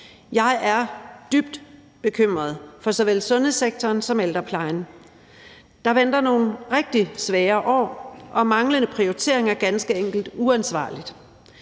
Jeg er dybt bekymret for såvel sundhedssektoren som ældreplejen. Der venter nogle rigtig svære år, og manglende prioritering er ganske enkelt uansvarligt.